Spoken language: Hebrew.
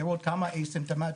לראות כמו א-סימפטומטיות,